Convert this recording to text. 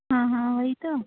हाँ हाँ वही तो